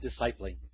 discipling